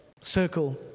circle